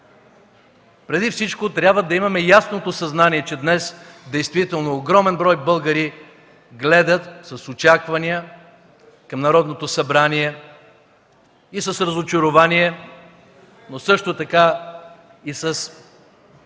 Преди всичко трябва да имаме ясното съзнание, че днес действително огромен брой българи гледат с очаквания към Народното събрание и с разочарование, но също така и с